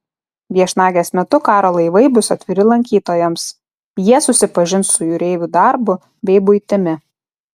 viešnagės metu karo laivai bus atviri lankytojams jie susipažins su jūreivių darbu bei buitimi